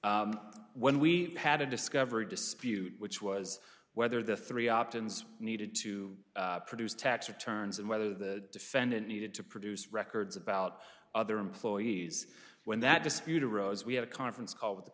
motions when we had a discovery dispute which was whether the three options needed to produce tax returns and whether the defendant needed to produce records about other employees when that dispute arose we had a conference call with the